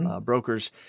brokers